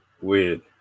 Weird